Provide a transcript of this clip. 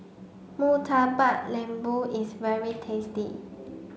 Murtabak Lembu is very tasty